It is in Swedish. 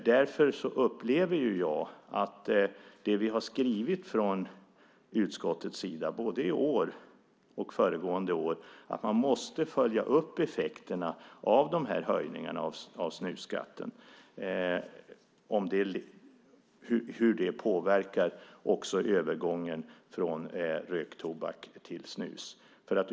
Därför har vi från utskottets sida skrivit både i år och föregående år att man måste följa upp effekterna av de här höjningarna av snusskatten och hur de påverkar övergången från röktobak till snus.